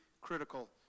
critical